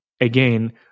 Again